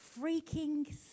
freaking